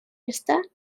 места